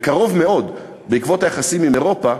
בקרוב מאוד, בעקבות היחסים עם אירופה,